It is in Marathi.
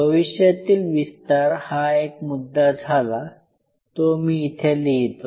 भविष्यातील विस्तार हा एक मुद्दा झाला तो मी इथे लिहितो